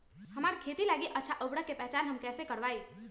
हमार खेत लागी अच्छा उर्वरक के पहचान हम कैसे करवाई?